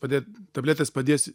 padėt tabletės padės